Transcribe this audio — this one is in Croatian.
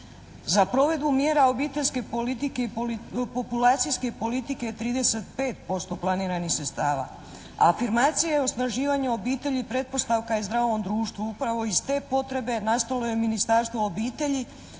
Za provedbu mjera obiteljske politike i populacijske politike 35% planiranih sredstava. Afirmacija i osnaživanje obitelji pretpostavka je zdravom društvu. Upravo iz te potrebe nastalo je Ministarstvo obitelji,